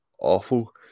awful